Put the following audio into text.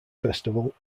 festival